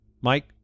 Mike